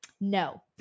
No